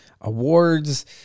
awards